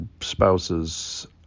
spouses